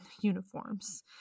uniforms